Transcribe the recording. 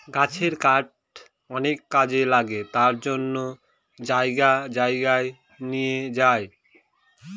গাছের কাঠ অনেক কাজে লাগে তার জন্য জায়গায় জায়গায় নিয়ে যায়